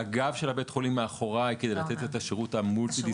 הגב של בית החולים מאחוריי כדי לתת את השירות המולטי-דיסציפלינרי.